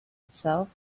itself